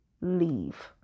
leave